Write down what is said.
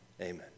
Amen